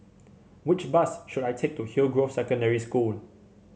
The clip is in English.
which bus should I take to Hillgrove Secondary School